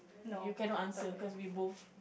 you cannot answer cause we both